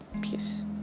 Peace